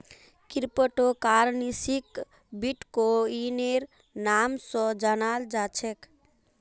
crypto करन्सीक बिट्कोइनेर नाम स जानाल जा छेक